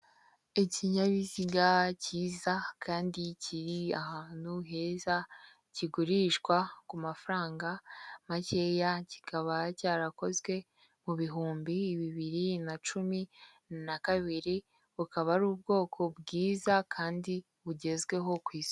Ikinyabiziga cyiza kandi kiri ahantu heza kigurishwa ku mafaranga makeya kikaba cyarakozwe mu bihumbi bibiri na cumi na kabiri, bukaba ari ubwoko bwiza kandi bugezweho ku isi.